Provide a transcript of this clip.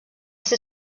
ser